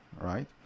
right